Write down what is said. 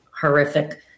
horrific